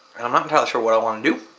and i'm not entirely sure what i wanna do.